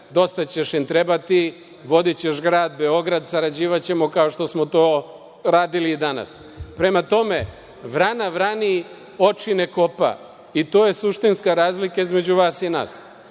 dosta ćeš im trebati, vodićeš grad Beograd, sarađivaćemo kao što smo to radili i danas. Prema tome, vrana vrani oči ne kopa. To je suštinska razlika između vas i nas.